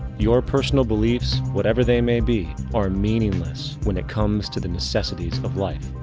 your personal beliefs, whatever they may be, are meaningless when it comes to the necessities of life.